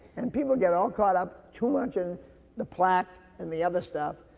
and people get all caught up too much in the plaque and the other stuff.